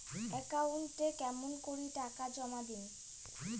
একাউন্টে কেমন করি টাকা জমা দিম?